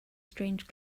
strange